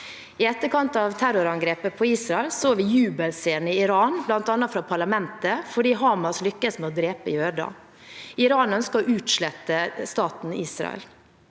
I etterkant av terrorangrepet på Israel så vi jubelscener i Iran, bl.a. fra parlamentet, fordi Hamas lykkes med å drepe jøder. Iran ønsker å utslette staten Israel.